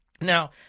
Now